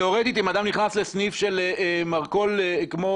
תיאורטית אם אדם נכנס לסניף של מרכול כמו